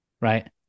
right